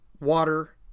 water